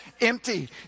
empty